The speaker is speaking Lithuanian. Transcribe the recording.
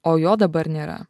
o jo dabar nėra